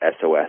SOS